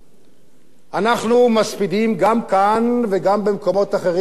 אנחנו מספידים גם כאן וגם במקומות אחרים רבים.